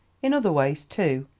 in other ways, too,